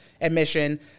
admission